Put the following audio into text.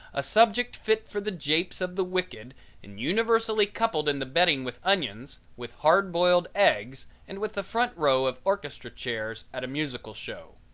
a subject fit for the japes of the wicked and universally coupled in the betting with onions, with hard-boiled eggs and with the front row of orchestra chairs at a musical show.